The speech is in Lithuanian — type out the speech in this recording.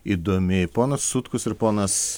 įdomi ponas sutkus ir ponas